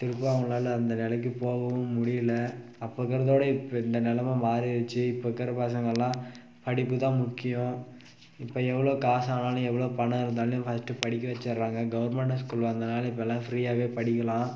திரும்பவும் அவங்களால அந்த நிலைக்கி போகவும் முடியல அப்போ இருக்கிறதோட இப்போ இந்த நிலைம மாறிடுச்சி இப்போ இருக்கிற பசங்கள் எல்லாம் படிப்பு தான் முக்கியம் இப்போ எவ்வளோ காசு ஆனாலும் எவ்வளோ பணம் இருந்தாலும் ஃபஸ்டு படிக்க வச்சிடறாங்க கவர்மெண்ட் ஸ்கூல் வந்தனால் இப்பெல்லாம் ஃப்ரீயாகவே படிக்கலாம்